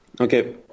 okay